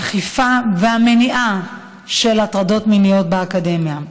האכיפה והמניעה של הטרדות מיניות באקדמיה.